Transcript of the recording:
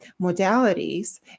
modalities